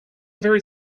very